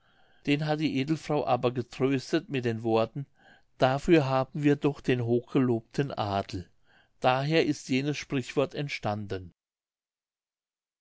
den hat die edelfrau aber getröstet mit den worten dafür haben wir doch den hochgelobten adel daher ist jenes sprichwort entstanden